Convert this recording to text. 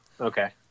okay